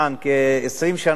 כ-20 שנה,